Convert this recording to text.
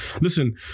Listen